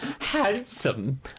Handsome